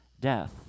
death